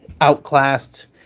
outclassed